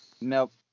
Nope